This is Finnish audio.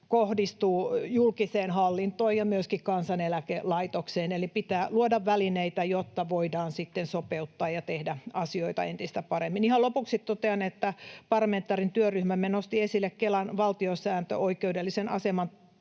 kohdistuu julkiseen hallintoon ja myöskin Kansaneläkelaitokseen. Eli pitää luoda välineitä, jotta voidaan sitten sopeuttaa ja tehdä asioita entistä paremmin. Ihan lopuksi totean, että parlamentaarinen työryhmämme nosti esille Kelan valtiosääntöoikeudellisen aseman